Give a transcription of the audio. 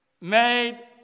made